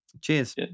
cheers